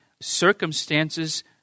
circumstances